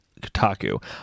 Kotaku